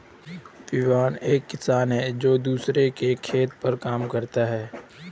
विभव एक किसान है जो दूसरों के खेतो पर काम करता है